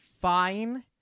fine